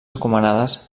recomanades